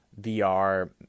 VR